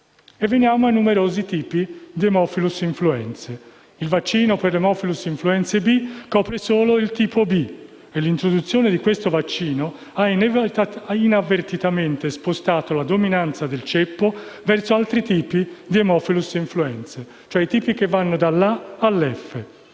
Veniamo ai numerosi tipi di *haemophilus influenzae*. Il vaccino *haemophilus influenzae* B copre solo il tipo B. L'introduzione di questo vaccino ha inavvertitamente spostato la dominanza del ceppo verso altri tipi di *haemophilus influenzae*, cioè quelli che vanno dalla